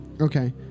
Okay